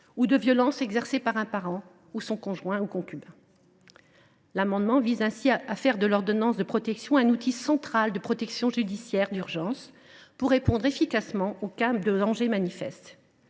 des violences exercées par un parent, son conjoint ou son concubin. L’amendement de Mme Carrère vise à faire de l’ordonnance de protection un outil central de protection judiciaire d’urgence, pour répondre efficacement aux cas de danger manifeste.